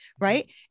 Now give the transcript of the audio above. right